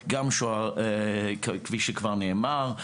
כפי שכבר נאמר,